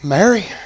Mary